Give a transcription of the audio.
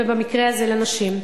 ובמקרה הזה לנשים.